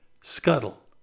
scuttle